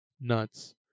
Nuts